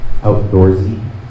outdoorsy